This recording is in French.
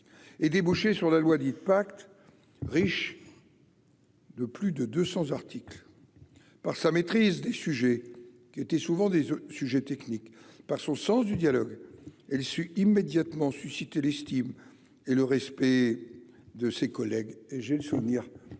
et déboucher sur la loi dit Pacte riche. De plus de 200 articles par sa maîtrise des sujets qui étaient souvent des sujets techniques par son sens du dialogue, elle sut immédiatement suscité l'estime et le respect de ses collègues et j'ai le souvenir de